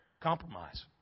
compromise